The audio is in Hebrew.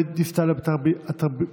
גלית דיסטל אטבריאן,